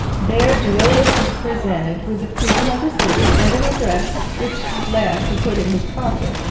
there duilius was presented with the freedom of the city and an address, which last he put in his pocket,